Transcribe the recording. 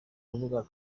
rubuga